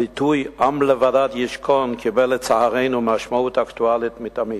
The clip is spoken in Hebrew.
הביטוי "עם לבדד ישכון" קיבל לצערנו משמעות אקטואלית מתמיד.